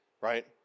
right